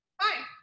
Hi